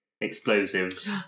explosives